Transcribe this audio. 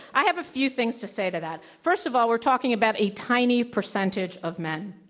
i have a few things to say to that. first of all, we're talking about a tiny percentage of men,